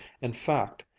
in fact,